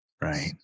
Right